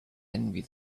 envy